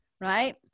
right